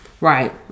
Right